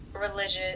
religious